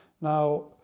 Now